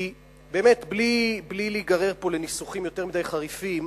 כי באמת, בלי להיגרר פה לניסוחים יותר מדי חריפים,